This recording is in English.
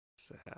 Sad